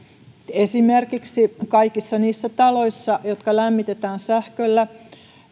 esimerkiksi kaikissa niissä taloissa jotka lämmitetään sähköllä